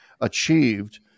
achieved